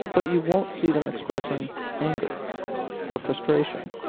but you won't see them expressing anger or frustration.